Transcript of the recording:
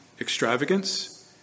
extravagance